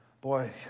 Boy